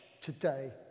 today